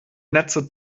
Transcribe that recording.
netze